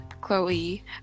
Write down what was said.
Chloe